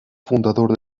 fundador